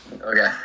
Okay